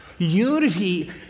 Unity